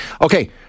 Okay